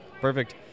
Perfect